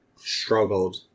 struggled